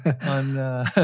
on